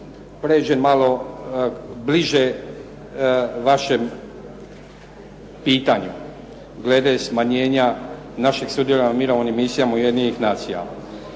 pređem malo bliže vašem pitanju, glede smanjenja našeg sudjelovanja u mirovnim misijama Ujedinjenih nacija.